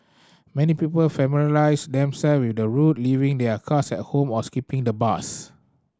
many people familiarise themself with the route leaving their cars at home or skipping the bus